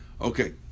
Okay